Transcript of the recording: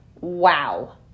Wow